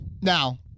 Now